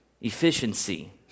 Efficiency